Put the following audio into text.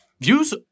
Views